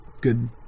good